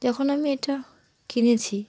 যখন আমি এটা কিনেছি